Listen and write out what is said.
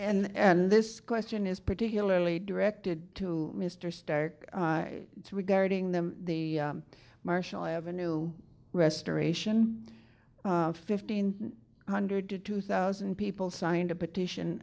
start and this question is particularly directed to mr starr regarding them the marshall avenue restoration fifteen hundred to two thousand people signed a petition